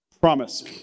Promise